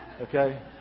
Okay